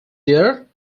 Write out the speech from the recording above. there